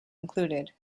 included